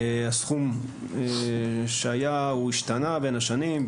הסכום שהיה הוא השתנה בין השנים.